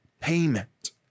payment